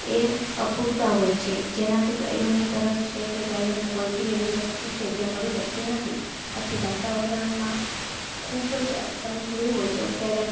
એ અપૂરતા હોય છે જેનાથી ગાયોની તરસ છે કે ગાયોને કોઈ બી એવી વસ્તુ છે જે મળી શકતી નથી આથી વાતાવરણમાં ખૂબ જ તમે જોયું હોય તો અત્યારે આમ